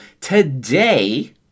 today